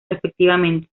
respectivamente